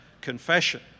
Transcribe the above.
confession